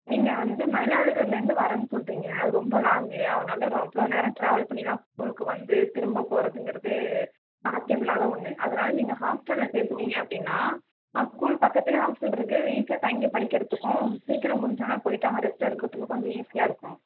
நீங்கள் வந்து மயிலாடுதுறையிலேருந்து வரேன்னு சொல்கிறீங்க அது ரொம்ப லாங்கு அவனால் ரோ அவ்வளோ நேரம் டிராவல் பண்ணிலாம் ஸ்கூலுக்கு வந்து திரும்ப போகிறதுங்கறது சாத்தியம் இல்லாத ஒன்று அதனால் நீங்கள் ஹாஸ்டலில் சேர்த்துட்டீங்க அப்படின்னா அவன் ஸ்கூல் பக்கத்தில் ஹாஸ்டல் இருக்குது ஈசியாக தங்கி படிக்கிறதுக்கும் சிக்கிரம் முடிஞ்ச உடனே போயிட்டு அவன் ரெஸ்ட்டு எடுக்கிறதுக்கும் கொஞ்சம் ஈசியாக இருக்கும்